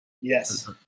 Yes